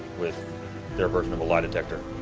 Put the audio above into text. with their version of a lie detector.